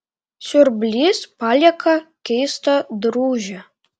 siurblys palieka keistą drūžę